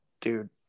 dude